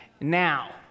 Now